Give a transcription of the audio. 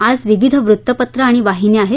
आज विविध वृत्तपत्रं आणि वाहिन्या आहेत